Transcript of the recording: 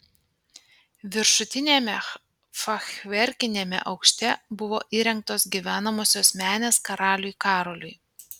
viršutiniame fachverkiniame aukšte buvo įrengtos gyvenamosios menės karaliui karoliui